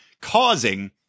causing